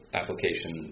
application